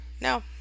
no